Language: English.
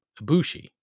Ibushi